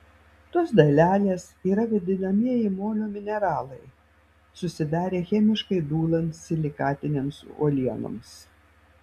tos dalelės yra vadinamieji molio mineralai susidarę chemiškai dūlant silikatinėms uolienoms